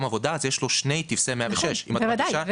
עבודה אז יש לו שני טופסי 106. בוודאי,